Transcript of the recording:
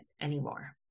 anymore